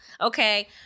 okay